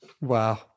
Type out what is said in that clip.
Wow